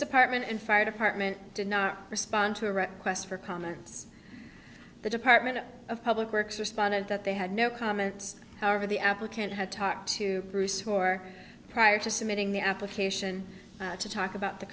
department and fire department did not respond to a request for comments the department of public works responded that they had no comments however the applicant had talked to bruce for prior to submitting the application to talk about the